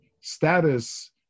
status